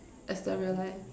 is the real life